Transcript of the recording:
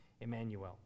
Emmanuel